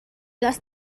las